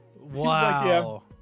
Wow